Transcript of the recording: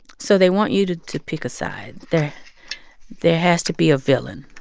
so they want you to to pick a side. there there has to be a villain,